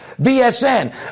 VSN